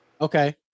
okay